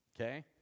okay